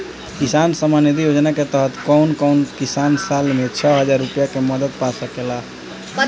किसान सम्मान निधि योजना के तहत कउन कउन किसान साल में छह हजार रूपया के मदद पा सकेला?